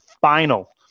final